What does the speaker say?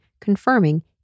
confirming